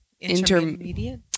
Intermediate